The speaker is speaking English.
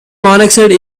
monoxide